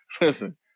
Listen